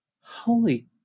holy